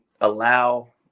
allow